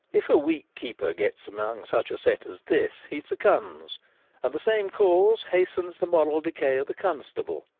if a weak keeper gets among such a set as this he succumbs and the same cause hastens the moral decay of the constable.